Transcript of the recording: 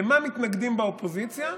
למה מתנגדים באופוזיציה?